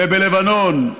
ובלבנון,